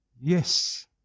Yes